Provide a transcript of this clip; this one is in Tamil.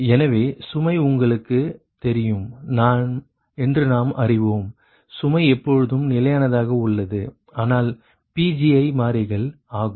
எனவே சுமை உங்களுக்கு தெரியும் என்று நாம் அறிவோம் சுமை எப்போதும் நிலையானதாக உள்ளது ஆனால் Pgi மாறிகள் ஆகும்